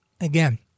again